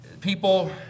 people